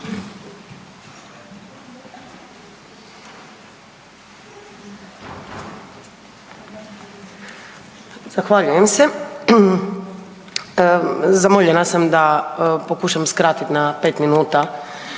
Zahvaljujem se. Zamoljena sam da pokušam skratiti na pet minuta